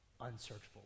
unsearchable